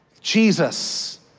Jesus